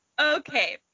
okay